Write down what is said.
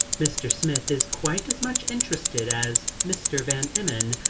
mr. smith is quite as much interested as mr. van emmon.